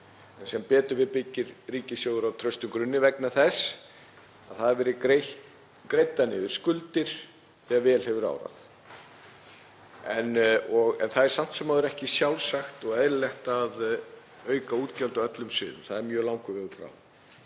Sem betur fer byggir ríkissjóður á traustum grunni vegna þess að greiddar hafa verið niður skuldir þegar vel hefur árað. Það er samt sem áður ekki sjálfsagt og eðlilegt að auka útgjöld á öllum sviðum. Það er mjög langur vegur frá.